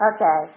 Okay